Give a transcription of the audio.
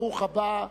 ברוך הבא,